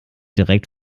direkt